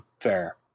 Fair